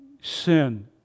sin